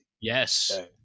yes